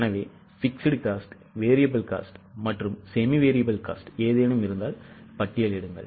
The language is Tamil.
எனவே fixed cost variable cost மற்றும் semi variable cost ஏதேனும் இருந்தால் பட்டியலிடுங்கள்